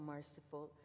Merciful